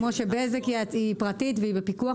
כמו בזק שהיא פרטית אבל היא בפיקוח